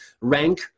rank